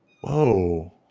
Whoa